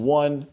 one